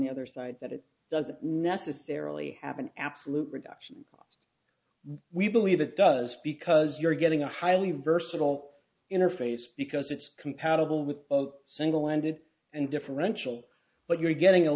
the other side that it doesn't necessarily have an absolute reduction we believe it does because you're getting a highly versatile interface because it's compatible with both single ended and differential but you're getting a